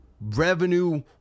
revenue